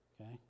okay